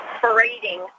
parading